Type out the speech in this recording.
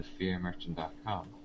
TheFearMerchant.com